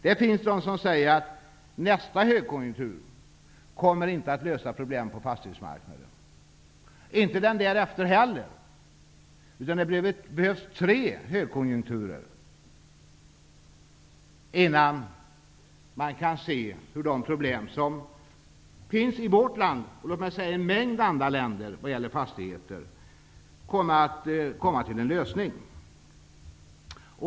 Det finns de som säger att nästa högkonjunktur inte kommer att lösa problemen på fastighetsmarknaden och inte den därefter heller. Det lär behövas tre högkonjunkturer innan problemen i vårt land -- och i en mängd andra länder -- när det gäller fastigheter kommer att lösas.